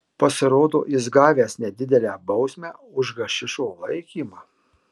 pasirodo jis gavęs nedidelę bausmę už hašišo laikymą